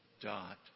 dot